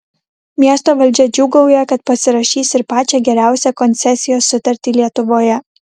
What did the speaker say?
miesto valdžia džiūgauja kad pasirašys ir pačią geriausią koncesijos sutartį lietuvoje